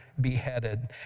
beheaded